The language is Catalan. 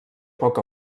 poc